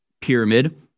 pyramid